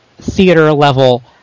theater-level